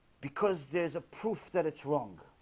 because there's a proof that it's wrong